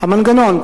המנגנון,